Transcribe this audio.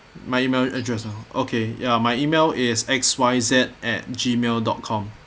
my email address ah okay ya my email is X Y Z at Gmail dot com